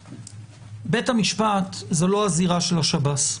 בית המשפט זה לא הזירה של שב"ס,